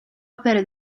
opere